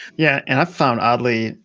yeah, and i've found, oddly,